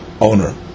owner